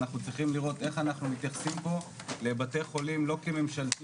אנחנו צריכים לראות איך אנחנו מתייחסים פה לבתי חולים לא כממשלתי,